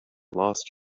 lost